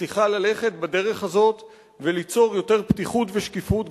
צריכה ללכת בדרך הזאת וליצור יותר פתיחות ושקיפות,